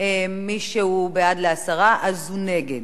ומי שהוא בעד הסרה אז הוא נגד.